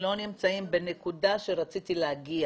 לא נמצאים בנקודה שרציתי להגיע.